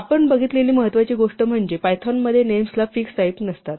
आपण बघितलेली महत्वाची गोष्ट म्हणजे पायथॉन मध्ये नेम्सला फिक्स्ड टाईप नसतात